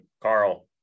Carl